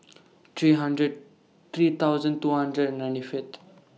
three hundred three thousand two hundred and ninety Fifth